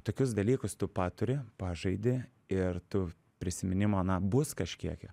tokius dalykus tu paturi pažaidi ir tų prisiminimo na bus kažkiek jie